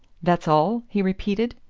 that's all? he repeated.